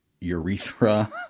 urethra